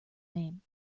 name